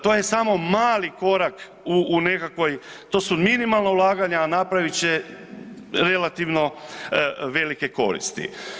To je samo mali korak u nekakvoj, to su minimalna ulaganja, a napravit će relativno velike koristi.